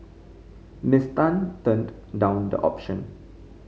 Miss Tan turned down the option